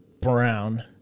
brown